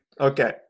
Okay